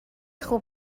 خوب